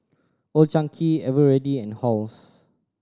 Old Chang Kee Eveready and Halls